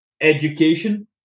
education